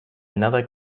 another